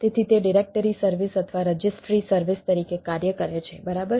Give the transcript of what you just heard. તેથી તે directory service અથવા રજિસ્ટ્રી સર્વિસ તરીકે કાર્ય કરે છે બરાબર